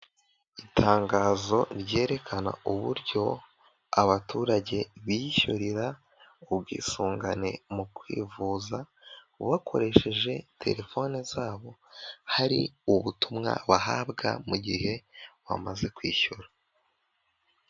Itangazo ryerekana uburyo abaturage biyishyurira ubwisungane mu kwivuza bakoresheje telefoni zabo hari ubutumwa bahabwa mu gihe bamaze kwishyura.